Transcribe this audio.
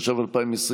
התש"ף 2020,